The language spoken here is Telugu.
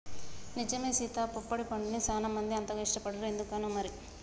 నిజమే సీత పొప్పడి పండుని సానా మంది అంతగా ఇష్టపడరు ఎందుకనో మరి